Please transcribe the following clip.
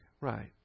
Right